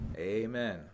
amen